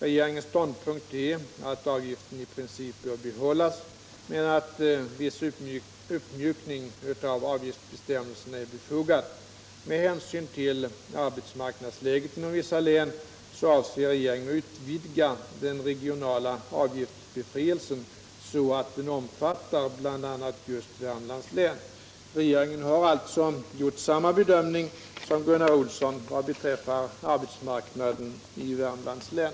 Regeringens ståndpunkt är att avgiften i princip bör behållas men att viss uppmjukning av avgiftsbestämmelserna är befogad. Med hänsyn till arbetsmarknadsläget inom vissa län avser regeringen att utvidga den regionala avgiftsbefrielsen så att den omfattar bl.a. just Värmlands län. Regeringen har alltså gjort samma bedömning som Gunnar Olsson vad beträffar arbetsmarknaden i Värmlands län.